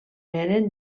eren